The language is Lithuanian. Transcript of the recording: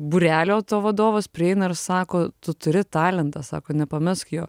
būrelio vadovas prieina ir sako tu turi talentą sako nepamesk jo